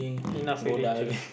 enough already three